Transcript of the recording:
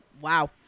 Wow